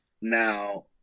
Now